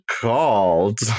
called